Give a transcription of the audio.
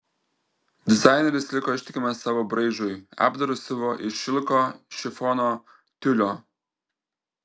dizaineris liko ištikimas savo braižui apdarus siuvo iš šilko šifono tiulio